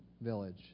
village